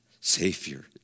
savior